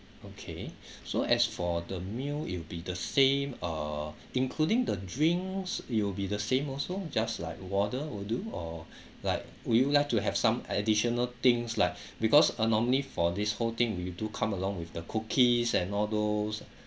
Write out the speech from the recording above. okay so as for the meal it'll be the same uh including the drinks it'll be the same also just like water will do or like would you like to have some additional things like because uh normally for this whole thing we do come along with the cookies and all those